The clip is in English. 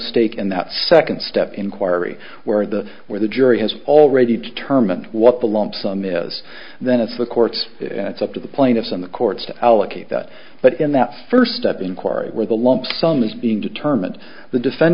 stake in that second step inquiry where the where the jury has already determined what the lump sum is then it's the courts it's up to the plaintiffs and the courts to allocate that but in that first step inquiry where the lump sum is being determined the defend